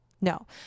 No